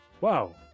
wow